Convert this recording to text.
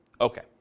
Okay